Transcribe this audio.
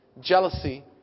jealousy